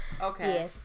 Okay